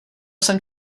jsem